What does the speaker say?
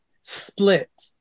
split